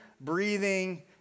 breathing